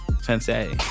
Sensei